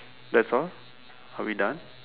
that's all are we done